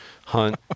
hunt